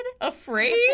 afraid